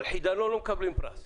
על חידלון לא מקבלים פרס.